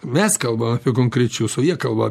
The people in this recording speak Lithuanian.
mes kalbam apie konkrečius o jie kalba